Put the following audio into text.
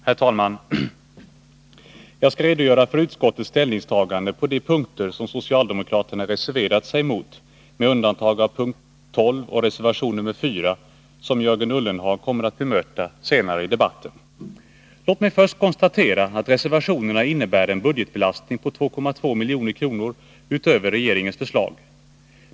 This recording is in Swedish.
Herr talman! Jag skall redogöra för utskottets ställningstagande på de punkter som socialdemokraterna har reserverat sig emot, med undantag av punkt 12 och reservation nr 4, som Jörgen Ullenhag kommer att bemöta senare i debatten. Låt mig först konstatera att reservationerna innebär en budgetbelastning på 2,2 milj.kr. utöver regeringens förslag.